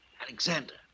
Alexander